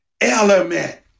element